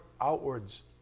outwards